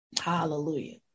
Hallelujah